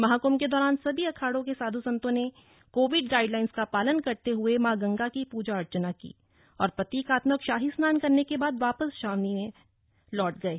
महाकुंभ के दौरान सभी अखाड़ों के साधू संतों ने कोविड गाइडलाइंस का पालन करते हुए गंगा की पूजा अर्चना की और प्रतीकात्मक शाही स्नान करने के बाद वापस छावनी में लौट गये